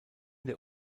der